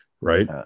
Right